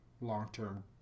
long-term